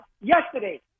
Yesterday